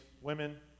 women